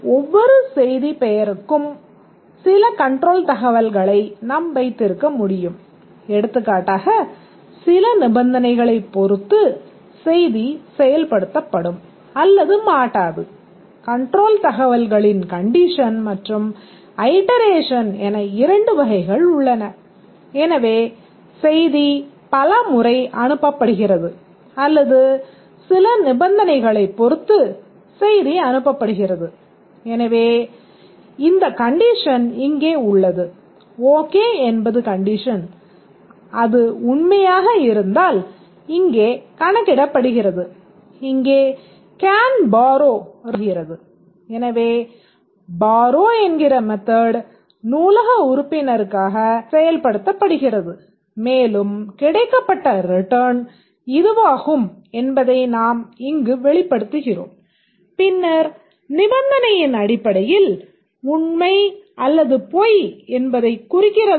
ஒவ்வொரு செய்தியும் செய்தி பெயருடன் லேபிளிடிருப்பதைக் செயல்படுத்தப்படுகிறது